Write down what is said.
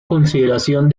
consideración